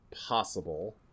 possible